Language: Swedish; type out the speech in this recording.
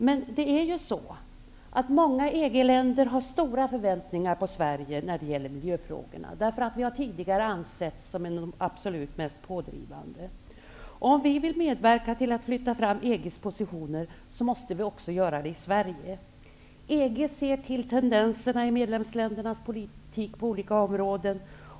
Men många EG-länder har stora förväntningar på Sverige när det gäller miljöfrågorna, därför att vi tidigare ansetts som det absolut mest pådrivande. Om vi vill medverka till att flytta fram EG:s positioner, måste vi också göra det här i Sverige. EG ser till tendenserna i medlemsländernas politik på olika områden.